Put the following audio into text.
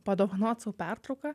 padovanot sau pertrauką